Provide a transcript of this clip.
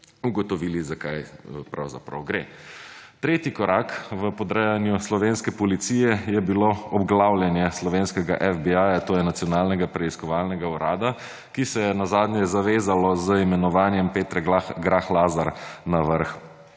ugotovili, za kaj pravzaprav gre. Tretji korak v podrejanju slovenske policije je bilo obglavljenje slovenskega FBI, to je Nacionalnega preiskovalnega urada, ki se je nazadnje zavezalo z imenovanjem Petre Grah Lazar na vrh